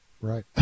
Right